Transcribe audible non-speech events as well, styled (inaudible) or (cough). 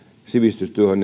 sivistystyöhön (unintelligible)